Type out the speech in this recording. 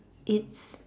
it's